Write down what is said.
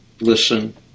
listen